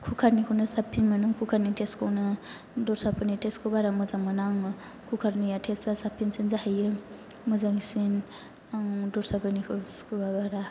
कुकार निखौनो साबसिन मोनो कुकार नि टेस्ट खौनो दस्राफोरनि टेस्ट खौ बारा मोजां मोना आङो कुकार निया टेस्ट आ साबसिनसिन जाहैयो मोजांसिन आं दस्राफोरनिखौ सुखुआ बारा